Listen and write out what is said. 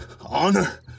Honor